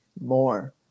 more